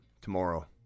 tomorrow